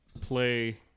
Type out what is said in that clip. play